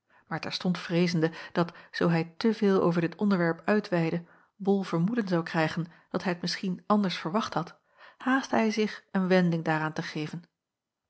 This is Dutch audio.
maar terstond vreezende dat zoo hij te veel over dit onderwerp uitweidde bol vermoeden zou krijgen dat hij t misschien anders verwacht had haastte hij zich een wending daaraan te geven